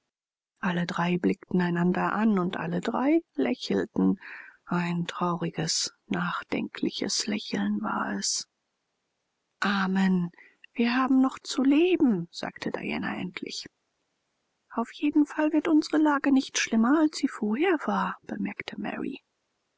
alle drei blickten einander an und alle drei lächelten ein trauriges nachdenkliches lächeln war es amen wir haben noch zu leben sagte diana endlich auf jeden fall wird unsere lage nicht schlimmer als sie vorher war bemerkte mary